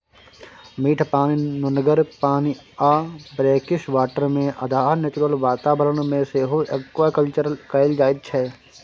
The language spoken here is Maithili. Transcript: मीठ पानि, नुनगर पानि आ ब्रेकिसवाटरमे अधहा नेचुरल बाताबरण मे सेहो एक्वाकल्चर कएल जाइत छै